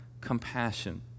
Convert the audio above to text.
compassion